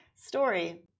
story